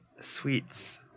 Sweets